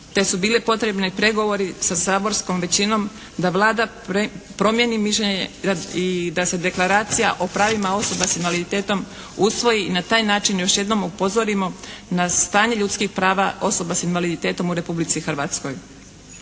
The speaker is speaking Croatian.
te su bili potrebni pregovori sa saborskom većinom da Vlada promijeni mišljenje i da se Deklaracija o pravima osoba s invaliditetom usvoji i na taj način još jednom upozorimo na stanje ljudskih prava osoba s invaliditetom u Republici Hrvatskoj.